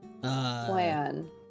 Plan